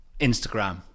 Instagram